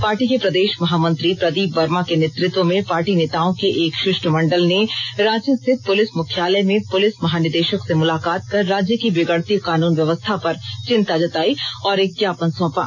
party के प्रदेश महामंत्री प्रदीप वर्मा के नेतृत्व में पार्टी नेताओं के एक शिष्टमंडल ने रांची स्थित पूलिस मुख्यालय में पूलिस महानिदेशक से मुलाकात कर राज्य की बिगड़ती कानून व्यवस्था पर चिंता जतायी और एक ज्ञापन सौंपा